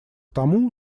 тому